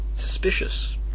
Suspicious